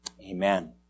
Amen